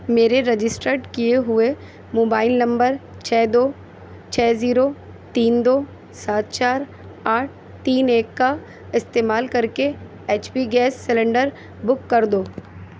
میرے رجسٹرڈ کیے ہوئے موبائل نمبر چھ دو چھ زیرو تین دو سات چار آٹھ تین ایک کا استعمال کر کے H P gas cylinder book کر دو